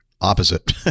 opposite